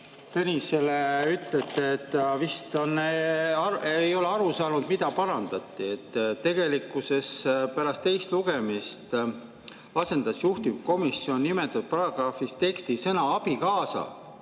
Tõnisele ütlete, ta vist ei ole aru saanud, mida parandati. Tegelikkuses pärast teist lugemist asendas juhtivkomisjon nimetatud paragrahvi tekstis sõna "abikaasa"